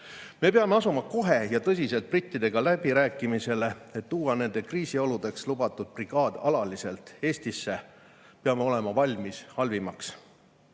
Me peame asuma kohe ja tõsiselt brittidega läbirääkimisele, et tuua nende kriisioludeks lubatud brigaad alaliselt Eestisse. Peame olema valmis halvimaks.